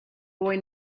boy